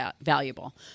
valuable